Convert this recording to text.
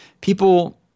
people